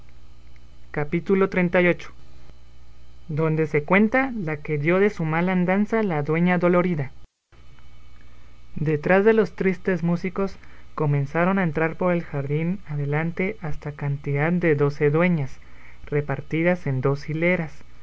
capítulo xxxviii donde se cuenta la que dio de su mala andanza la dueña dolorida detrás de los tristes músicos comenzaron a entrar por el jardín adelante hasta cantidad de doce dueñas repartidas en dos hileras